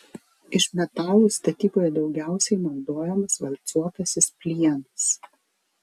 iš metalų statyboje daugiausiai naudojamas valcuotasis plienas